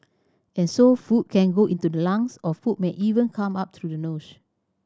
and so food can go into the lungs or food may even come up through the nose